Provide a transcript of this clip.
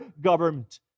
government